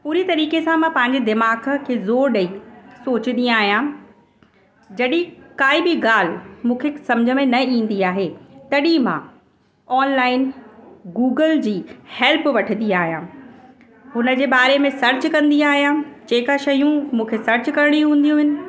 पूरे तरीक़े सां मां पंहिंजे दिमाग़ खे ज़ोर ॾेई सोचंदी आहियां जॾहिं काई बि ॻाल्हि मूंखे सम्झ में न ईंदी आहे तॾहिं मां ऑनलाइन गूगल जी हेल्प वठंदी आहियां हुन जे बारे में सर्च कंदी आहियां जेका शयूं मूंखे सर्च करिणी हूंदियूं आहिनि